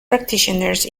practitioners